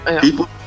People